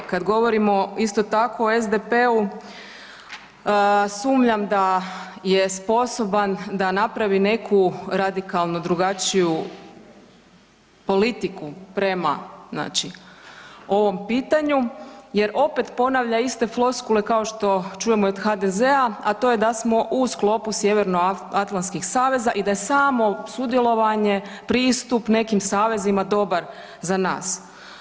Kada govorimo isto tako o SDP-u sumnjam da je sposoban da napravi neku radikalnu drugačiju politiku prema ovom pitanju jer opet ponavlja iste floskule kao što čujemo i od HDZ-a, a to je da smo u sklopu Sjevernoatlantskih saveza i da je samo sudjelovanje, pristup nekim savezima dobar za nas.